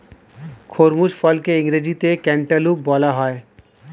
খরমুজ ফলকে ইংরেজিতে ক্যান্টালুপ বলা হয়